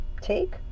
take